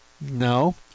No